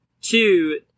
two